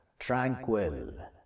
tranquil